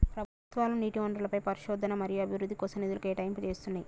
ప్రభుత్వాలు నీటి వనరులపై పరిశోధన మరియు అభివృద్ధి కోసం నిధుల కేటాయింపులు చేస్తున్నయ్యి